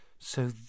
So